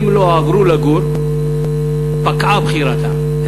אם לא עברו לגור פקעה בחירתם.